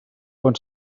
quan